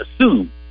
assume